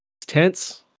tense